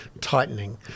tightening